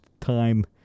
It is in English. time